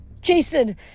Jason